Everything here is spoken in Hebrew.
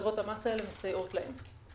הטבות המס האלה מסייעות להם.